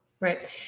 Right